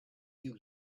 you